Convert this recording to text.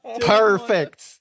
Perfect